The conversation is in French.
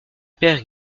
père